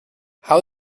how